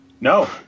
No